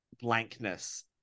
blankness